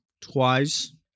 Twice